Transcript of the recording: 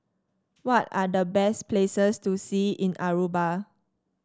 what are the best places to see in Aruba